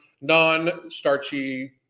non-starchy